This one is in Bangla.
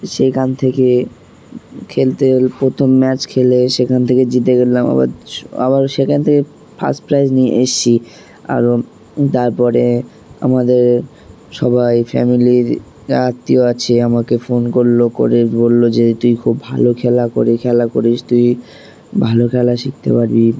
সেইখান থেকে খেলতে প্রথম ম্যাচ খেলে সেখান থেকে জিতে গেলাম আবার আবার সেখান থেকে ফার্স্ট প্রাইজ নিয়ে এসছি আরও তারপরে আমাদের সবাই ফ্যামিলির আত্মীয় আছে আমাকে ফোন করলো করে বললো যে তুই খুব ভালো খেলা করে খেলা করিস তুই ভালো খেলা শিখতে পারবি